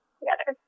together